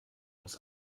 muss